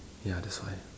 ya that's why